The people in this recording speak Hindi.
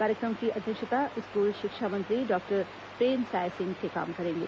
कार्यक्रम की अध्यक्षता स्कूल शिक्षा मंत्री डॉक्टर प्रेमसाय सिंह टेकाम करेंगे